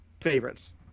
favorites